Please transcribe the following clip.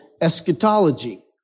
eschatology